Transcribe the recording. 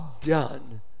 done